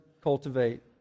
cultivate